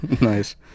nice